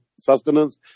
sustenance